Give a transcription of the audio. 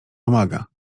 pomaga